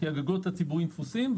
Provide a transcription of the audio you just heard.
כי הגגות הציבוריים תפוסים,